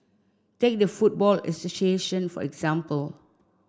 take the football association for example